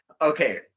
Okay